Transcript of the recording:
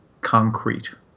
concrete